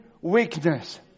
weakness